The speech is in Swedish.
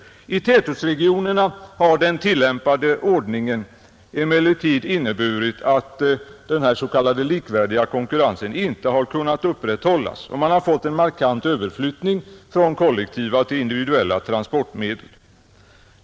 I tätortsregionerna har den tillämpade ordningen inneburit att den s.k. likvärdiga konkurrensen inte har kunnat upprätthållas, och man har fått en markant överflyttning från kollektiva till individuella transportmedel.